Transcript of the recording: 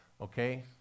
okay